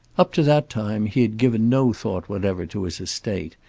up to that time he had given no thought whatever to his estate,